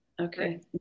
Okay